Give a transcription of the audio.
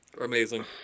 amazing